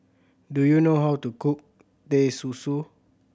do you know how to cook Teh Susu